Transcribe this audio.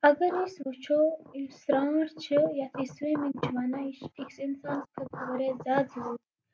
اَگر أسۍ وُچھو یُس سرانٹھ چھِ یَتھ أسۍ سُوِمِنگ چھِ وَنان یہِ چھِ أکِس اِنسانَس خٲطرٕ واریاہ زیادٕ ضروٗری